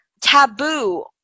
taboo